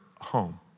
home